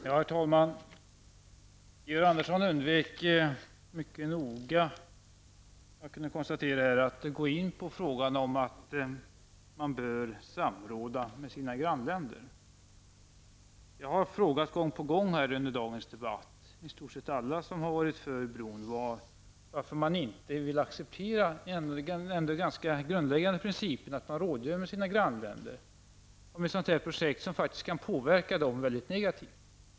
Herr talman! Georg Andersson undvek -- vad jag kunde konstatera -- mycket noga att gå in på frågan om att man bör samråda med sina grannländer. Jag har gång på gång under dagens debatt frågat -- i stort sett alla som är för bron -- varför man inte vill acceptera den ändå ganska grundläggande principen att man skall rådgöra med sina grannländer om ett sådant här projekt, som faktiskt kan påverka dem väldigt negativt.